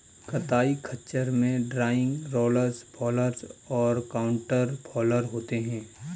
कताई खच्चर में ड्रॉइंग, रोलर्स फॉलर और काउंटर फॉलर होते हैं